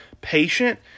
patient